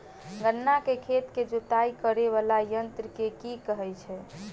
गन्ना केँ खेत केँ जुताई करै वला यंत्र केँ की कहय छै?